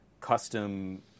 custom